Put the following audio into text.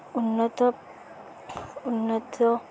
ଉନ୍ନତ ଉନ୍ନତ